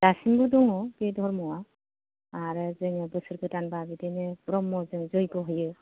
दासिमबो दङ बे धोरोमआ आरो जोङो बोसोर गोदानब्ला बिदिनो ब्रम्ह जों जैग' होयो